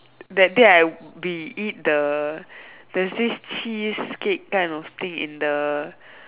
that day I we eat the there's this cheesecake kind of thing in the